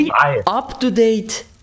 up-to-date